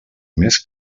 més